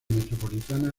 metropolitana